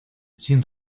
sin